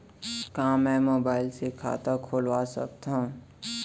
का मैं मोबाइल से खाता खोलवा सकथव?